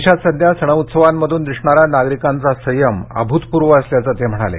देशात सध्या सण उत्सवांमधून दिसणारा नागरिकांचा संयम अभुतपूर्व असल्याचं ते म्हणाले